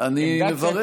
אני מברך.